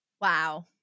Wow